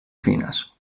fines